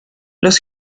los